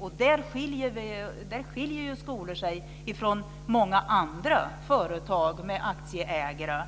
I det fallet skiljer sig skolor från många andra företag med aktieägare,